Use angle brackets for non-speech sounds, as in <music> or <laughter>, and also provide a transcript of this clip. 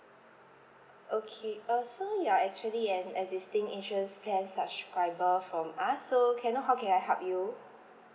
<noise> okay uh so you are actually an existing insurance plan subscriber from us so can I know how can I help you